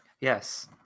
yes